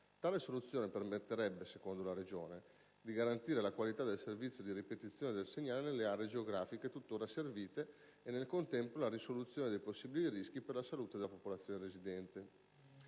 Tale soluzione permetterebbe, secondo la Regione, di garantire la qualità del servizio di ripetizione del segnale nelle aree geografiche tuttora servite e nel contempo la risoluzione dei possibili rischi per la salute della popolazione residente.